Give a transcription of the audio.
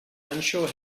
unsure